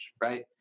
right